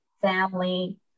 family